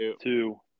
two